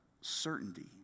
certainty